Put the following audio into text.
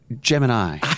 Gemini